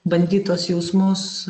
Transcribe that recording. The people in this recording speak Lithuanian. bandyt tuos jausmus